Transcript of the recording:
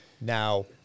Now